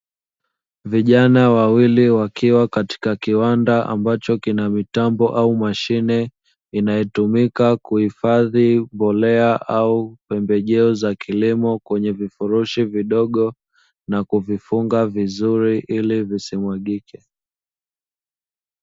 Vijana wawili wakiwa katika kiwanda ambacho kina mitambo au mashine inayotumika kuhifadhi mbolea au pembejeo za kilimo na kuvifunga vizuri ili visimwagike.